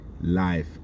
Life